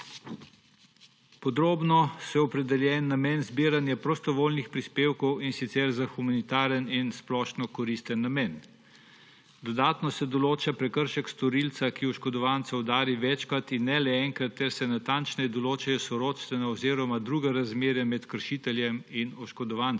Podrobno je opredeljen namen zbiranja prostovoljnih prispevkov, in sicer za humanitaren in splošnokoristen namen. Dodatno se določa prekršek storilca, ki oškodovanca udari večkrat in ne le enkrat, ter se natančneje določijo sorodstvena oziroma druga razmerja med kršiteljem in oškodovancem.